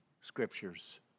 scriptures